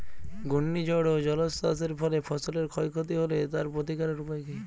ঘূর্ণিঝড় ও জলোচ্ছ্বাস এর ফলে ফসলের ক্ষয় ক্ষতি হলে তার প্রতিকারের উপায় কী?